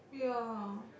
ya